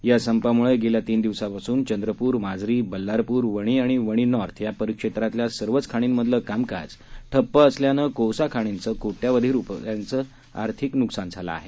या संपामुळे गेल्या तीन दिवसांपासून चंद्रपूर माजरी बल्लारप्र वणी आणि वणी नॉर्थ या परिक्षेत्रातल्या सर्वच खाणीमधलं कामकाज ठप्प असल्यानं कोळसा खाणीचं कोट्यवधीं रुपयांचं आर्थिक नुकसान झालं आहे